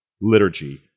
liturgy